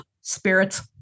spirits